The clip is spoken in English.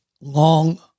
long